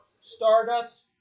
Stardust